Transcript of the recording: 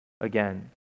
again